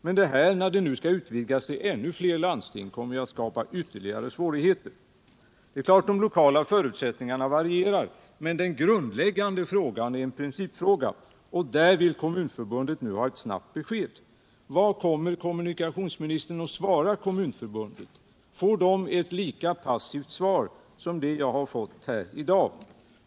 Men när nu dessa förhandlingar skall utvidgas till ännu fler landsting, kommer det att skapa ytterligare svårigheter. Det är klart att de lokala förutsättningarna varierar, men den grundläggande frågan är en principfråga, och där vill Kommunförbundet nu ha ett snabbt besked. Vad kommer kommunikationsministern att svara Kommunförbundet? Får förbundet ett lika passivt svar som det jag har fått här i dag?